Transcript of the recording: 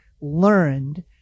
learned